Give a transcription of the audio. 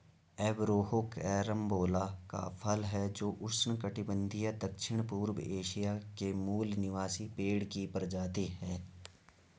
Averrhoa carambola का फल है जो उष्णकटिबंधीय दक्षिणपूर्व एशिया के मूल निवासी पेड़ की प्रजाति है